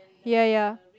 ya ya